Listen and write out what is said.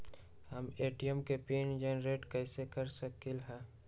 हम ए.टी.एम के pin generate कईसे कर सकली ह?